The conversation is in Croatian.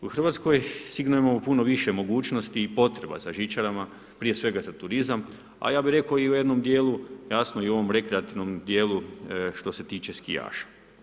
U Hrvatskoj sigurno imamo puno više mogućnosti i potreba za žičarama, prije svega za turizam a ja bih rekao i u jednom dijelu, jasno i u ovom rekreativnom dijelu što se tiče skijaša.